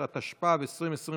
19), התשפ"ב 2022,